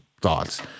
thoughts